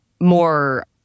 more